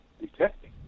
detecting